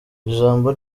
ijambo